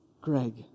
Greg